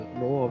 no